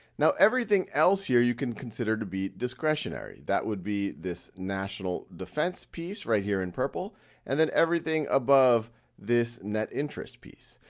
now everything else here you can consider to be discretionary. that would be this national defense piece right here in purple and then everything above this net interest piece.